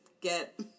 get